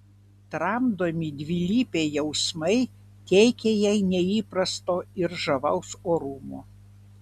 tramdomi dvilypiai jausmai teikia jai neįprasto ir žavaus orumo